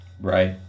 Right